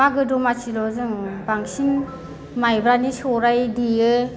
मागो दमासिल' जों बांसिन माइब्रानि सौराइ देयो